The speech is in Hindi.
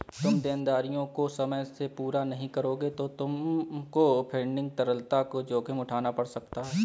तुम देनदारियों को समय से पूरा नहीं करोगे तो तुमको फंडिंग तरलता का जोखिम उठाना पड़ सकता है